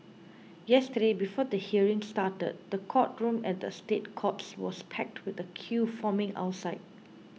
yesterday before the hearing started the courtroom at the State Courts was packed with a queue forming outside